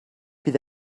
bydd